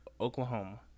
Oklahoma